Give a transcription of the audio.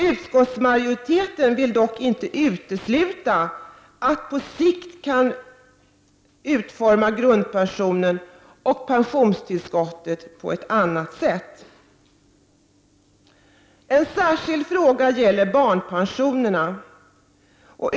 Utskottsmajoriteten vill dock inte utesluta att man på sikt kan utforma grundpensionen och pensionstillskotten på ett annat sätt. En särskild fråga gäller barnpensionerna.